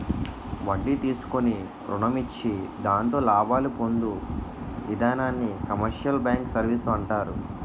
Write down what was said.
వడ్డీ తీసుకుని రుణం ఇచ్చి దాంతో లాభాలు పొందు ఇధానాన్ని కమర్షియల్ బ్యాంకు సర్వీసు అంటారు